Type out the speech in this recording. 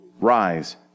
rise